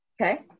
Okay